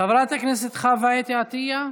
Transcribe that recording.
חברת הכנסת חוה אתי עטייה.